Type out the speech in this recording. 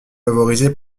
favorisée